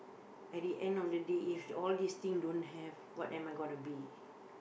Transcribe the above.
at the end of the day if all these thing don't have what am I gonna be